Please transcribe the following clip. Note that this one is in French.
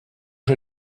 que